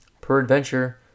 peradventure